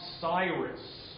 Cyrus